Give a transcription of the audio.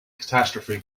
catastrophe